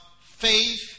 faith